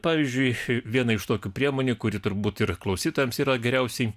pavyzdžiui viena iš tokių priemonių kuri turbūt ir klausytojams yra geriausiai